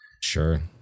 Sure